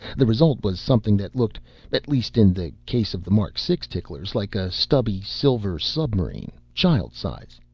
the result was something that looked at least in the case of the mark six ticklers like a stubby silver submarine, child size.